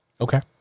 Okay